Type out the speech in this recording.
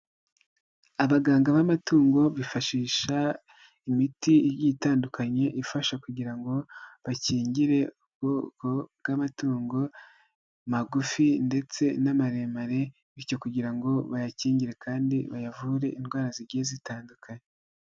Abaganga b'amatungo bifashisha imiti itandukanye ifasha kugira ngo bakingire ubwoko bw'amatungo magufi ndetse n'amaremare bityo kugira ngo bayakingire kandi bayavure indwara zigiye zitandukanye.